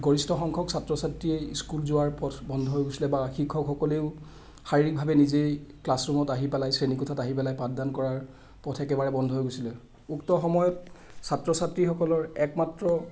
গৰিষ্ঠ সংখ্যক ছাত্ৰ ছাত্ৰীয়ে স্কুল যোৱাৰ পথ বন্ধ হৈ গৈছিলে বা শিক্ষকসকলে শাৰীৰিকভাৱে নিজেই ক্লাচৰুমত আহি পেলাই শ্ৰেণীকোঠাত আহি পেলাই পাঠদান কৰাৰ পথ একেবাৰে বন্ধ হৈ গৈছিলে উক্ত সময়ত ছাত্ৰ ছাত্ৰীসকলৰ একমাত্ৰ